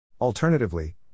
Alternatively